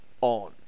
on